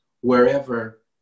wherever